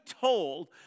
told